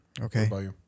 Okay